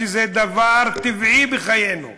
שזה דבר טבעי בחיינו -- כן,